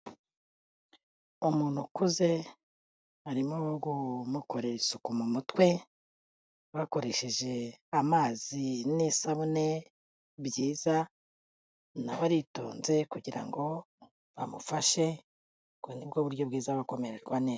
Umuntu ukuze arimo barimo kumukorera isuku mu mutwe bakoresheje amazi n'isabune byiza nawe aritonze kugira ngo bamufashe ngo nibwo buryo bwiza bwo kumererwa neza.